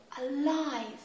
alive